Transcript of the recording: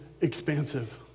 expansive